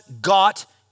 got